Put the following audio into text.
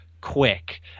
quick